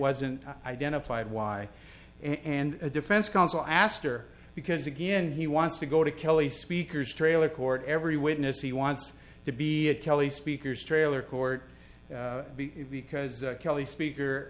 wasn't identified why and the defense counsel asked or because again he wants to go to kelly speaker's trailer court every witness he wants to be a kelly speakers trailer court because kelly speaker